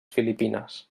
filipines